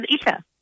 isha